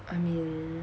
I mean